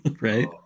right